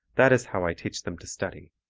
that is how i teach them to study.